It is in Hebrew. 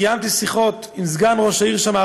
קיימתי שיחות עם סגן ראש העיר שם,